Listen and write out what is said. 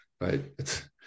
right